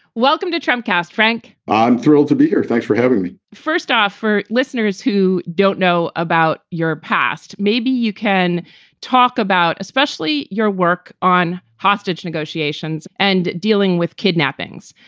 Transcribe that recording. welcome to trump castle, frank i'm thrilled to be here. thanks for having me first off, for listeners who don't know about your past. maybe you can talk about especially your work on hostage negotiations and. dealing with kidnappings,